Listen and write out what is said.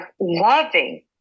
loving